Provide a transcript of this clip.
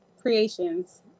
Creations